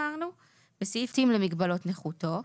סעיף קטן (ו)